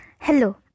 Hello